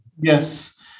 Yes